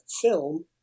film